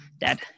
dead